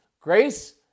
grace